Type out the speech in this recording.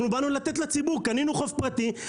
אנחנו באנו לתת לציבור קנינו חוף פרטי,